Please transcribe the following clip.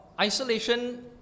isolation